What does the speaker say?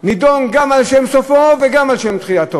נידון גם על שם סופו וגם על שם תחילתו?